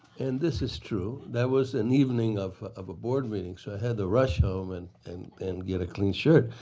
and this is true. that was an evening of of a board meeting. so i had to rush home and and and get a clean shirt.